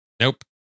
Nope